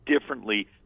differently